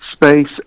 Space